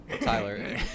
Tyler